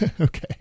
Okay